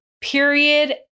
period